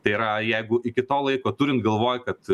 tai yra jeigu iki to laiko turint galvoj kad